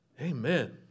Amen